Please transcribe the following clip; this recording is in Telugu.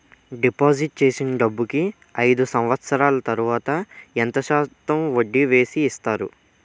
డిపాజిట్ చేసిన డబ్బుకి అయిదు సంవత్సరాల తర్వాత ఎంత శాతం వడ్డీ వేసి ఇస్తారు?